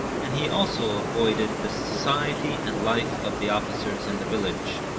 and he also avoided the society and life of the officers in the village.